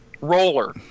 roller